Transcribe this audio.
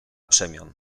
przemian